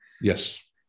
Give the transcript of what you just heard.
Yes